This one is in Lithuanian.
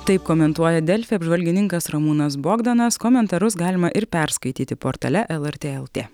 taip komentuoja delfi apžvalgininkas ramūnas bogdanas komentarus galima ir perskaityti portale lrt lt